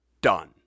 Done